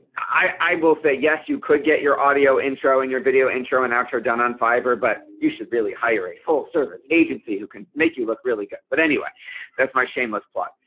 i will say yes you could get your audio intro and your video intro announcer done on fiverr but you should really hire a full-service agency who can make you look really good. but anyway that's my shameless plug.